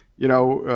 you know,